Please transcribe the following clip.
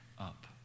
up